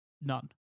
none